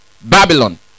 Babylon